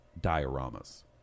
dioramas